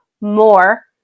more